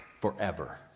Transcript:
forever